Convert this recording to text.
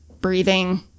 breathing